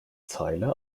zeile